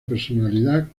personalidad